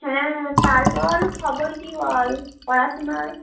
হ্যাঁ তারপর খবর কী বল পড়াশুনার